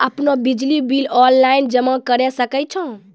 आपनौ बिजली bill online जमा करै सकै छौ?